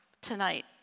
tonight